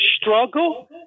struggle